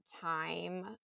time